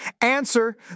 Answer